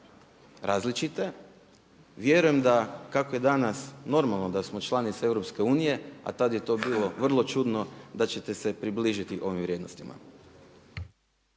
različite. Vjerujem da kako je danas normalno da smo članica EU, a tad je to bilo vrlo čudno da ćete se približiti ovim vrijednostima.